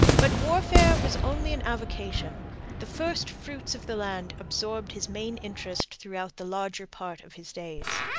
but warfare was only an avocation the first fruits of the land absorbed his main interest throughout the larger part of his days.